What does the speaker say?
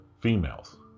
females